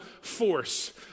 force